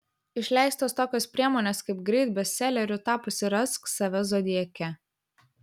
išleistos tokios priemonės kaip greit bestseleriu tapusi rask save zodiake